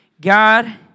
God